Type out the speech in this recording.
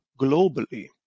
globally